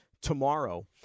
tomorrow